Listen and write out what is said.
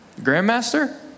Grandmaster